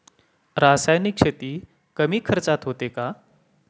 रासायनिक शेती कमी खर्चात होते का?